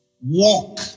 Walk